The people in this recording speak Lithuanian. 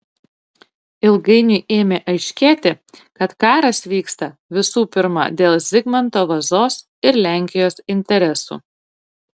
ilgainiui ėmė aiškėti kad karas vyksta visų pirma dėl zigmanto vazos ir lenkijos interesų